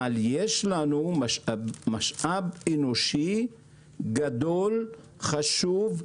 אבל יש לנו משאב אנושי גדול, חשוב,